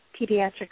pediatric